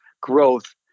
growth